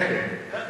מעניין מאוד.